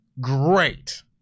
great